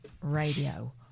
radio